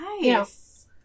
Nice